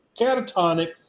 catatonic